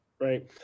right